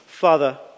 Father